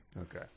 okay